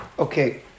Okay